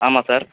ஆமாம் சார்